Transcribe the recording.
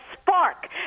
spark